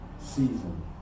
season